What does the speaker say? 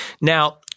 Now